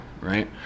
right